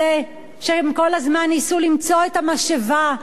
כשהם כל הזמן ניסו למצוא את המשאבה שתפמפם